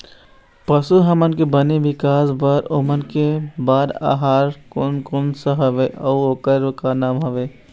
पशु हमन के बने विकास बार ओमन के बार आहार कोन कौन सा हवे अऊ ओकर का नाम हवे?